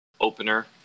opener